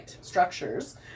structures